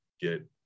get